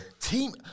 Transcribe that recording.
Team